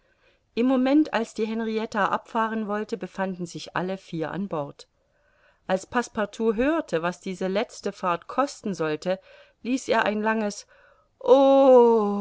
im moment als die henrietta abfahren wollte befanden sich alle vier an bord als passepartout hörte was diese letzte fahrt kosten sollte ließ er ein langes o